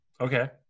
Okay